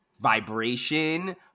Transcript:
vibration